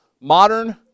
Modern